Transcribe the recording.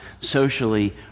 socially